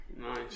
Nice